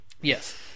yes